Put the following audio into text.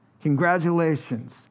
Congratulations